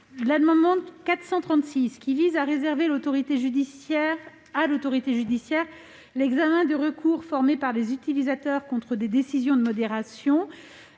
L'amendement n° 436 vise à réserver à l'autorité judiciaire l'examen du recours formé par les utilisateurs contre des décisions de modération.